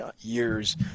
years